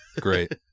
Great